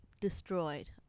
destroyed